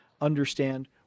understand